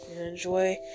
Enjoy